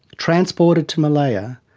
transported to malaya,